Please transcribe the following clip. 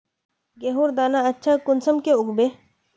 गेहूँर दाना अच्छा कुंसम के उगबे?